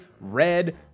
Red